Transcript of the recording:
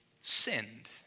sinned